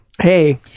hey